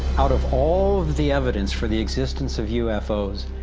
out of all the evidence for the existence of ufos,